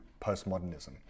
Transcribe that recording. postmodernism